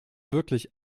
wirklich